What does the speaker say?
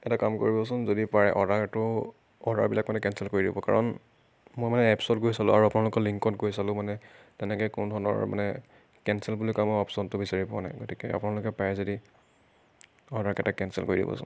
এটা কাম কৰিবচোন যদি পাৰে অৰ্ডাৰটো অৰ্ডাৰবিলাক মানে কেঞ্চেল কৰি দিব কাৰণ মই মানে এপছত গৈ চালো আৰু আপোনালোকৰ লিংকত গৈ চালো মানে তেনেকৈ কোনো ধৰণৰ মানে কেঞ্চেল বুলি কামৰ অপশ্যনটো বিচাৰি পোৱা নাই গতিকে আপোনালোকে পাৰে যদি অৰ্ডাৰকেইটা কেঞ্চেল কৰি দিবচোন